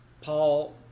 Paul